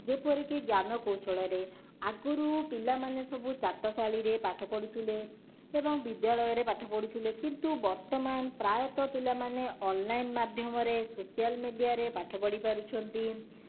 ଯେପରିକି ଜ୍ଞାନକୌଶଳରେ ଆଗରୁ ପିଲାମାନେ ସବୁ ଚାଟଶାଳୀରେ ପାଠ ପଢ଼ୁଥିଲେ ଏବଂ ବିଦ୍ୟାଳୟରେ ପାଠ ପଢ଼ୁଥିଲେ କିନ୍ତୁ ବର୍ତ୍ତମାନ ପ୍ରାୟତଃ ପିଲାମାନେ ଅନଲାଇନ୍ ମାଧ୍ୟମରେ ସୋସିଆଲ ମିଡ଼ିଆରେ ପାଠ ପଢ଼ି ପାରୁଛନ୍ତି